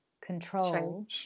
control